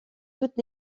toutes